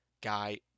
guy